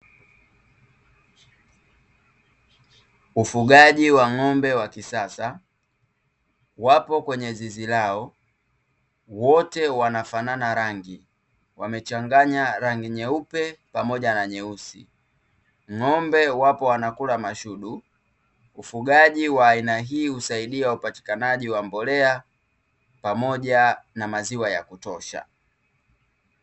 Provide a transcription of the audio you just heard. Ufugaji wa ng'ombe wa kisasa, wapo kwenye zizi lao, wote wanafanana rangi; wamechanganya rangi nyeupe pamoja na nyeusi. Ng'ombe wapo wanakula mashudu. Ufugaji wa aina hii husaidia upatikanaji wa mbolea, pamoja na maziwa ya kutosha.